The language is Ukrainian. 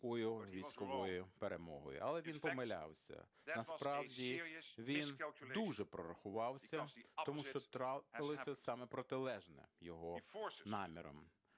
Але він помилявся. Насправді він дуже прорахувався, тому що трапилося саме протилежне його намірам.